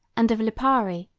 and of lipari,